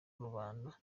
rubanda